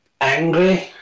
angry